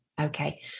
Okay